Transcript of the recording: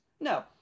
no